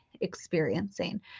experiencing